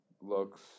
looks